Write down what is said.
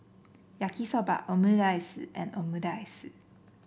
Yaki Soba Omurice and Omurice